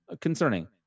concerning